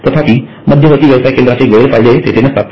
तथापि मध्यवर्ती व्यवसाय केंद्राचे गैरफ़ायदे तेथे नसतात